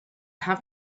have